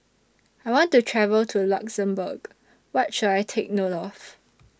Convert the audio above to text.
I want to travel to Luxembourg What should I Take note of